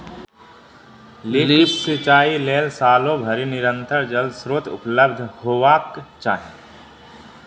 lift सिंचाइ लेल सालो भरि निरंतर जल स्रोत उपलब्ध हेबाक चाही